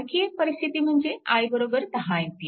आणखी एक परिस्थिती म्हणजे i 10A